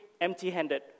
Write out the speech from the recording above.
empty-handed